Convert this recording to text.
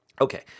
Okay